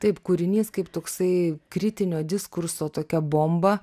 taip kūrinys kaip toksai kritinio diskurso tokia bomba